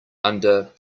under